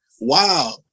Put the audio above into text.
wow